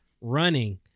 running